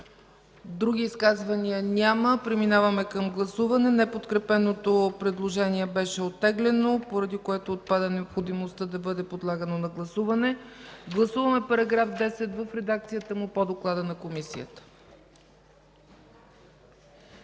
Други изказвания? Няма. Преминаваме към гласуване. Неподкрепеното предложение беше оттеглено, поради което отпада необходимостта да бъде подлагано на гласуване. Гласуваме § 10 в редакцията му по доклада на Комисията.